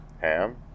ham